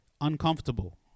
uncomfortable